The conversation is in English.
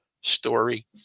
story